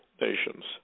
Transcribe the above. nations